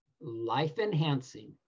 life-enhancing